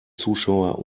zuschauer